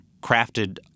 crafted